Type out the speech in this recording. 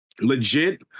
legit